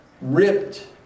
ripped